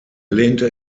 lehnte